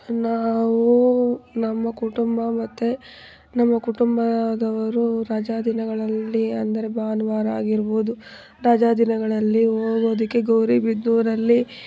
ನಾವು ನಮ್ಮ ಕುಟುಂಬ ಮತ್ತು ನಮ್ಮ ಕುಟುಂಬದವರು ರಜಾ ದಿನಗಳಲ್ಲಿ ಅಂದರೆ ಭಾನುವಾರ ಆಗಿರ್ಬೋದು ರಜಾ ದಿನಗಳಲ್ಲಿ ಹೋಗೋದಿಕ್ಕೆ ಗೌರಿಬಿದನೂರಲ್ಲಿ